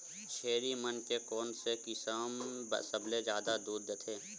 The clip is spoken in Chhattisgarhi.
छेरी मन के कोन से किसम सबले जादा दूध देथे?